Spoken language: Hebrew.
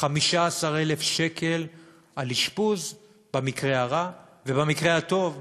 15,000 שקלים על אשפוז, במקרה הרע, ובמקרה הטוב,